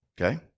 Okay